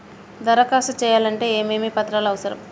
దరఖాస్తు చేయాలంటే ఏమేమి పత్రాలు అవసరం?